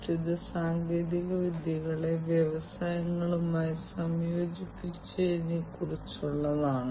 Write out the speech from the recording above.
രോഗിയുടെ ആരോഗ്യനിലയിൽ എന്തെങ്കിലും നിർണായകതയുണ്ടെങ്കിൽ ഡോക്ടർമാർക്ക് സൃഷ്ടിക്കാവുന്നതാണ്